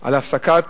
על הפסקת